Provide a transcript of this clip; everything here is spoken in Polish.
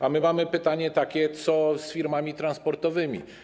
A my mamy takie pytanie: Co z firmami transportowymi?